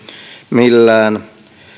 millään